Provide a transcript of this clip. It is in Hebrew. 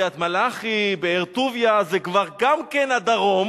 קריית-מלאכי ובאר-טוביה זה כבר גם כן הדרום: